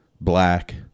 black